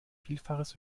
vielfaches